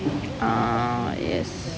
ah yes